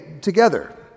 together